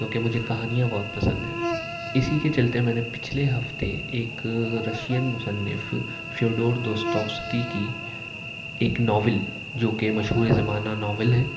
کیوں کہ مجھے کہانیاں بہت پسند ہیں اسی کے چلتے میں نے پچھلے ہفتے ایک رشین مصنف فیوڈور دوستوفسکی کی ایک ناول جو کہ مشہور زمانہ ناول ہے